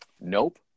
Nope